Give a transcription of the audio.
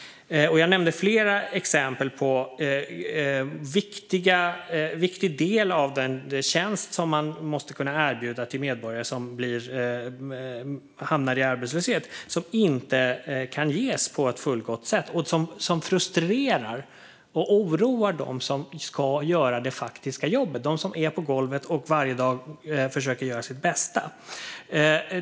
Jag nämnde flera exempel på viktiga delar av den tjänst som man måste kunna erbjuda medborgare som hamnar i arbetslöshet och som inte kan ges på ett fullgott sätt och som oroar dem som ska göra det faktiska jobbet, alltså de som är på golvet och varje dag försöker göra sitt bästa.